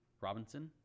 Robinson